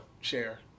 share